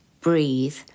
breathe